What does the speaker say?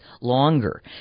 longer